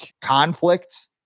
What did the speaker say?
conflict